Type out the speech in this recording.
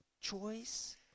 choice